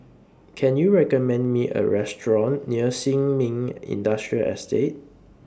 Can YOU recommend Me A Restaurant near Sin Ming Industrial Estate